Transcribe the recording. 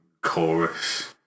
chorus